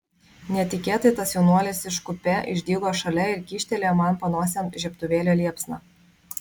netikėtai tas jaunuolis iš kupė išdygo šalia ir kyštelėjo man panosėn žiebtuvėlio liepsną